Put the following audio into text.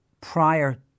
prior